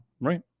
right